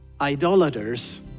idolaters